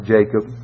Jacob